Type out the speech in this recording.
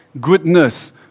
goodness